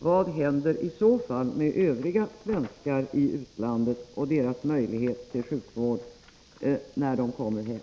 Vad händer i så fall med övriga svenskar i utlandet och deras möjligheter till sjukvård när de kommer hem?